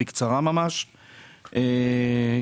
אחד,